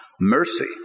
mercy